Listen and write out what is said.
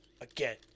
again